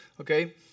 okay